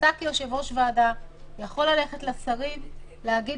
אתה כיושב-ראש ועדה יכול ללכת לשרים ולהגיד